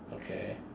okay